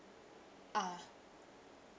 ah